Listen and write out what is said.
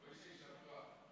מושיק, יישר כוח.